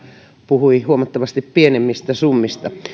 puhui huomattavasti pienemmistä summista